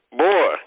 boy